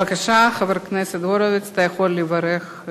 בבקשה, חבר הכנסת הורוביץ, אתה יכול לברך.